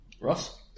Ross